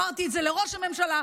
אמרתי את זה לראש הממשלה,